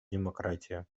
демократию